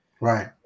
Right